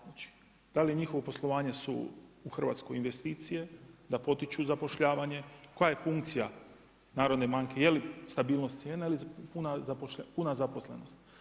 Znači da li njihovo poslovanje u Hrvatskoj su investicije, da potiču zapošljavanje, koja je funkcija narodne banke, je li stabilnost cijena ili puna zaposlenost.